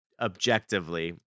objectively